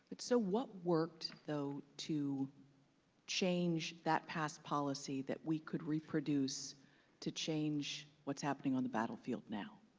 so what worked though to change that past policy that we could reproduce to change what's happening on the battlefield now?